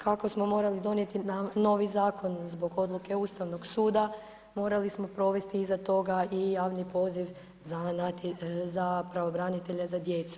Kako smo morali donijeli novi zakon zbog odluke Ustavnog suda morali smo provesti iza toga i javni poziv za pravobranitelja za djecu.